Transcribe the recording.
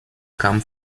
come